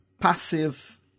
passive